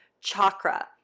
chakra